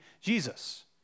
Jesus